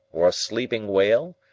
or a sleeping whale,